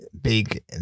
big